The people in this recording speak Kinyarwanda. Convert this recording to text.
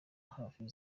hafi